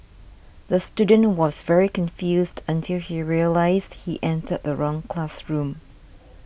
the student was very confused until he realised he entered the wrong classroom